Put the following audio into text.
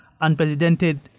unprecedented